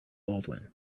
baldwin